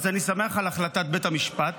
אז אני שמח על החלטת בית המשפט,